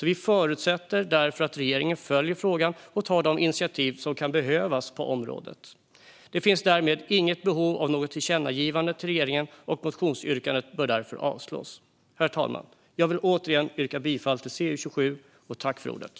Vi förutsätter därför att regeringen följer frågan och tar de initiativ som kan behövas på området. Det finns därmed inte behov av något tillkännagivande till regeringen. Motionsyrkandet bör därför avslås. Herr talman! Jag vill återigen yrka bifall till utskottets förslag i CU27.